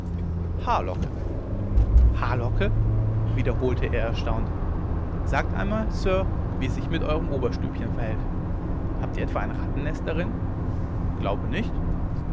haarlocke haarlocke wiederholte er erstaunt sagt einmal sir wie es sich mit eurem oberstübchen verhält habt ihr etwa ein rattennest darin glaube nicht